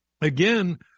again